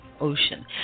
ocean